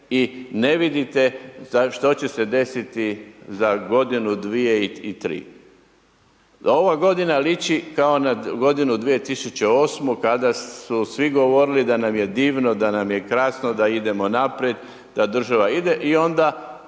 i ne vidite što će se desiti za godinu, dvije i tri. Ova godina liči kao na godinu 2008. kada su svi govorili da nam je divno, da nam je krasno, da idemo naprijed, da država ide i onda